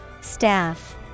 Staff